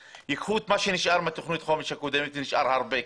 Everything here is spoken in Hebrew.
את מה שנשאר מתוכנית החומש הקודמת שזה הרבה כסף,